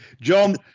John